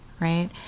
right